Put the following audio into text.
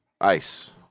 Ice